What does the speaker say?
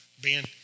Ben